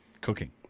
cooking